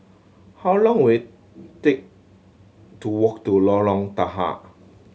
how long will it take to walk to Lorong Tahar